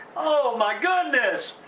oh, my goodness.